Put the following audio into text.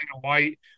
white